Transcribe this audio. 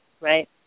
right